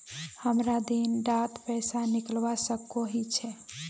हमरा दिन डात पैसा निकलवा सकोही छै?